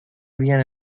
habían